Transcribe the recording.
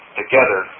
together